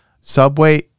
subway